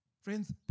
Friends